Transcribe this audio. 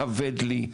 כבד לי,